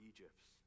Egypts